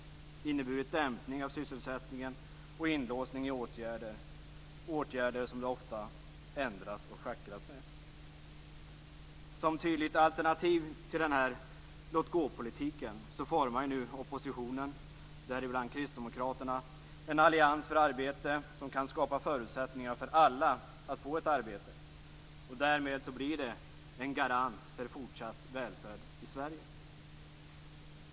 De har inneburit en dämpning av sysselsättningen och en inlåsning i åtgärder. Det har varit åtgärder som det ofta ändrats och schackrats med. Som ett tydligt alternativ till den här låt-gåpolitiken formar nu oppositionen, och däribland Kristdemokraterna, en allians för arbete som kan skapa förutsättningar för alla att få ett arbete. Därmed blir det en garant för fortsatt välfärd i Sverige.